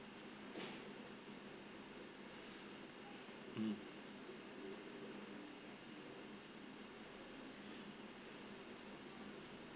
mm